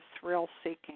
thrill-seeking